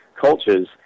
cultures